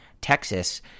Texas